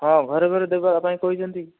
ହଁ ଘରେ ଘରେ ଦେବା ପାଇଁ କହିଛନ୍ତି